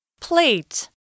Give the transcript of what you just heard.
Plate